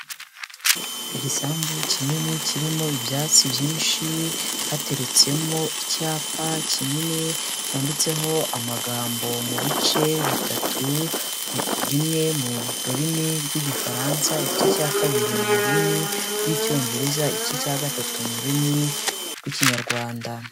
Igisambu kinini kirimo ibyatsi byinshi, hateretsemo icyapa kinini, cyanditseho amagambo mu bice bitatu, rimwe mu rurimi rw'Igifaransa, igice cya kabiri mu rurimi rw'Icyongereza. igice cya gatatu mu rurimi rw'Ikinyarwanda.